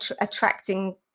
attracting